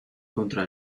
contra